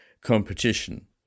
competition